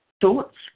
Thoughts